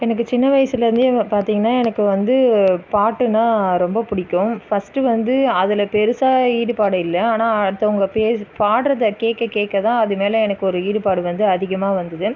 எனக்கு சின்ன வயசுலேந்தே பார்த்தீங்கனா எனக்கு வந்து பாட்டுன்னா ரொம்ப பிடிக்கும் ஃபர்ஸ்ட்டு வந்து அதில் பெருசாக ஈடுபாடு இல்லை ஆனால் அடுத்தவங்க பேசி பாடுறதை கேட்க கேட்க தான் அது மேலே எனக்கு ஒரு ஈடுபாடு வந்து அதிகமாக வந்துது